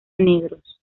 negros